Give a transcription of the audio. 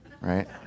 right